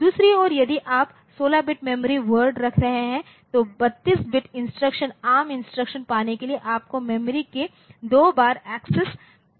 दूसरी ओर यदि आप 16 बिट मेमोरीवर्ड रख रहे हैं तो 32 बिट इंस्ट्रक्शन एआरएम इंस्ट्रक्शन पाने के लिए आपको मेमोरी को दो बार एक्सेस करने की आवश्यकता है